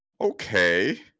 Okay